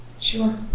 Sure